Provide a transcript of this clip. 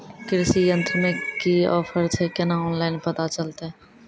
कृषि यंत्र मे की ऑफर छै केना ऑनलाइन पता चलतै?